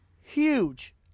huge